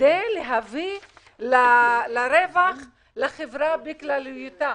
כדי להביא רווח לחברה בכללותה.